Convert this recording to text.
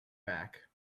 back